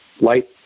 light